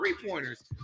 three-pointers